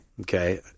Okay